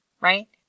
right